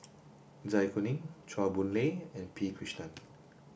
Zai Kuning Chua Boon Lay and P Krishnan